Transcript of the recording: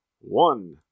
one